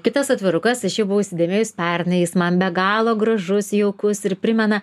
kitas atvirukas aš jau buvau įsidėmėjus pernai jis man be galo gražus jaukus ir primena